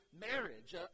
marriage